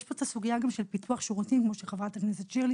יש פה גם סוגיה שדיברה עליה חברת הכנסת שירלי